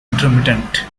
intermittent